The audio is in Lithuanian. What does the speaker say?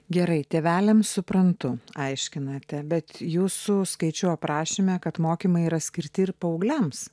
gerai tėveliams suprantu aiškinate bet jūsų skaičių aprašyme kad mokymai yra skirti ir paaugliams